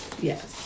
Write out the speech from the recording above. Yes